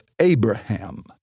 Abraham